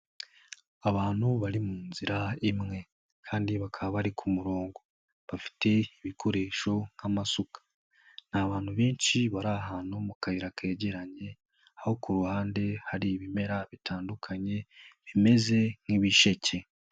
Abantu bari mu nzira imwe kandi bakaba bari ku murongo bafite ibikoresho nk'amasuka, ni abantutu benshi bari ahantu mu kayira kegeranye aho ku ruhande hari ibimera bitandukanye bimeze nk'ibisheke.